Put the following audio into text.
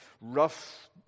rough